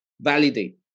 validate